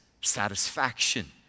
satisfaction